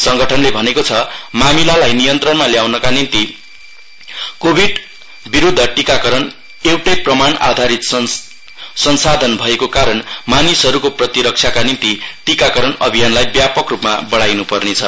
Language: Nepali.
संगठनले भनेको छ मामिलालाई नियन्त्रणमा ल्याउनका निम्ति कोभिड विरूद्ध टीकाकरण एउटै प्रमाण आधारित संसाधन भएको कारण मानिसहरूको प्रतिरक्षाका निम्ति टीकाकरण अभियानलाई व्यापक रूपमा बढ़ाइन्पर्नेर्छ